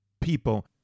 people